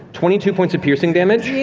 twenty two points of piercing damage. yeah